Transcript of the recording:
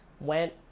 went